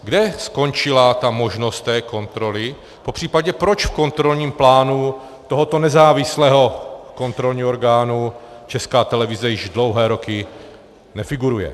Kde skončila možnost té kontroly, popř. proč v kontrolním plánu tohoto nezávislého kontrolního orgánu Česká televize již dlouhé roky nefiguruje?